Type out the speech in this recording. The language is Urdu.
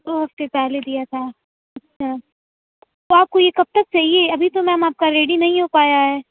دو ہفتے پہلے دیا تھا اچھا تو آپ کو یہ کب تک چاہیے ابھی تو میم آپ کا ریڈی نہیں ہو پایا ہے